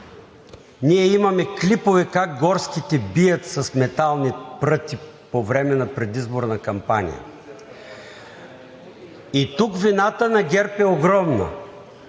Ние имаме клипове как горските бият с метални пръти по време на предизборна кампания. Тук вината на ГЕРБ е огромна.